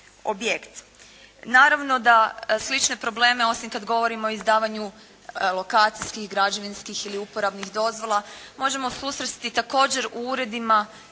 objekt. Naravno da slične probleme osim kada govorimo o izdavanju lokacijskih, građevinskih ili uporabnih dozvola možemo susresti također u uredima